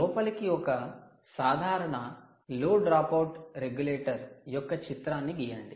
లోపలికి ఒక సాధారణ 'low dropout regulator' 'low dropout regulator' యొక్క చిత్రాన్ని గీయండి